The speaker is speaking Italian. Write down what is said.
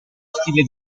stile